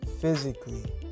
physically